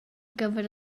gyfer